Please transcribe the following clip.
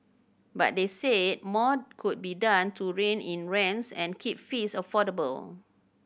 but they said more could be done to rein in rents and keep fees affordable